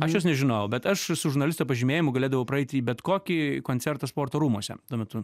aš jos nežinojau bet aš su žurnalisto pažymėjimu galėdavau praeiti į bet kokį koncertą sporto rūmuose tuo metu